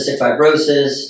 fibrosis